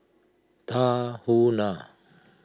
Tahuna